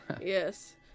Yes